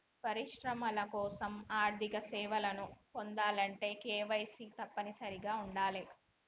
పరిశ్రమల కోసం ఆర్థిక సేవలను పొందాలంటే కేవైసీ తప్పనిసరిగా ఉండాలే